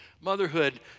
Motherhood